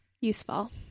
useful